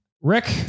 Rick